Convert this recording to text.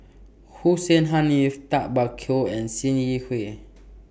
Hussein Haniff Tay Bak Koi and SIM Yi Hui